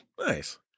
nice